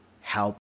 help